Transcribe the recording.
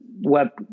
Web